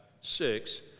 six